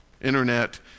internet